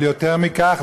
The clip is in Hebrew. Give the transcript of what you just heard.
אבל יותר מכך,